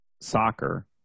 soccer